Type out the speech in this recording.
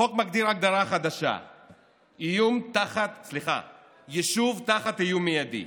החוק מגדיר הגדרה חדשה: "יישוב תחת איום מיידי".